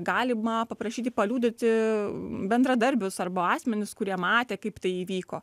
galima paprašyti paliudyti bendradarbius arba asmenis kurie matė kaip tai įvyko